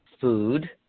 food